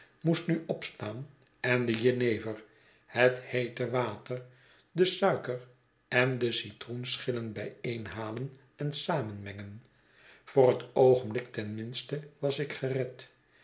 moest nu opstaan en de jenever het heete water de suiker en de citroenschiilen bijeenhalen en samenmengen voor het oogenblik ten minste was ik gered